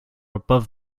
above